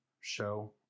show